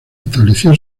estableció